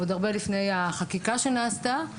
עוד הרבה לפני החקיקה שנעשתה.